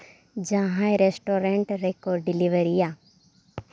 ᱡᱟᱦᱟᱸ ᱨᱮᱥᱴᱩᱨᱮᱱᱴ ᱨᱮᱠᱚ ᱰᱮᱞᱤᱵᱷᱟᱨᱤᱭᱟ